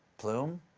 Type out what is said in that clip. plume?